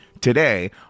today